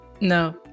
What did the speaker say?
no